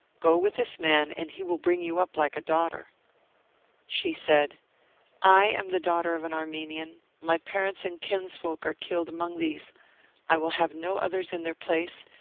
go with this man and he will bring you up like a daughter she said i am the daughter of an armenian my parents and kinsfolk are killed among these i will have no others in their place,